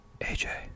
AJ